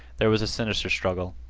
there was a sinister struggle.